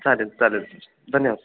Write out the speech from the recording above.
चालेल चालेल सर धन्यवाद सं